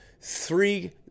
three